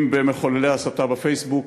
אם במחוללי ההסתה בפייסבוק,